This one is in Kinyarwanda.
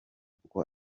kuko